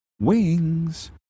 wings